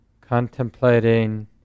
contemplating